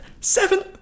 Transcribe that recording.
Seven